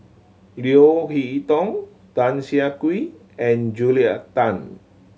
Leo Hee Tong Tan Siah Kwee and Julia Tan